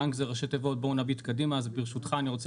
בנק זה ראשי תיבות בואו נביט קדימה אז ברשותך אני רוצה